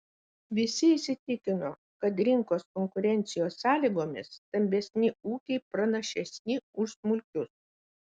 visi įsitikino kad rinkos konkurencijos sąlygomis stambesni ūkiai pranašesni už smulkius